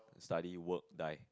study work die